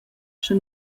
sche